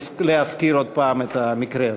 להזכיר עוד הפעם את המקרה הזה.